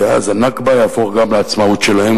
כי אז ה"נכבה" יהפוך גם לעצמאות שלהם,